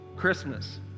Christmas